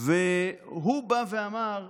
והוא בא ואמר,